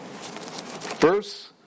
Verse